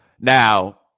Now